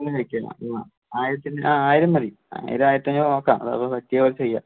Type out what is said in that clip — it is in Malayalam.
ഇങ്ങനെ വയ്ക്കില്ല മൂവായിരത്തിൻ്റെ ആ ആയിരം മതി ആയിരം ആയിരത്തഞ്ഞൂറ് നോക്കാം അത് അപ്പം പറ്റിയ പോലെ ചെയ്യാം